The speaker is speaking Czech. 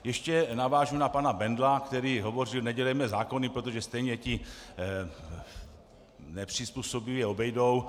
Ještě navážu na pana Bendla, který hovořil nedělejme zákony, protože stejně ti nepřizpůsobiví je obejdou.